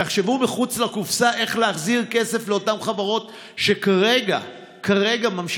תחשבו מחוץ לקופסה איך להחזיר כסף לאותן חברות שכרגע ממשיכות